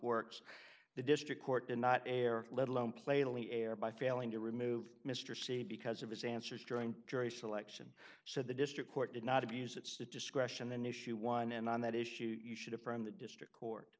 works the district court in not air let alone played only air by failing to remove mr c because of his answers during jury selection so the district court did not abuse its discretion an issue one and on that issue you should have from the district court